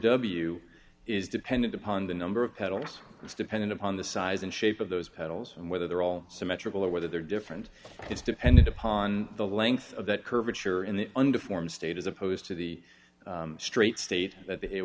w is dependent upon the number of petals it's dependent upon the size and shape of those pedals and whether they're all symmetrical or whether they're different it's dependent upon the length of that curvature in the under form state as opposed to the straight state that it